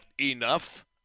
enough